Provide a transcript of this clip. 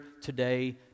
today